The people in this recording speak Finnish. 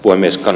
unescon